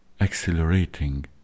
accelerating